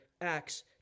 Acts